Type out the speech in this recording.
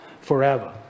forever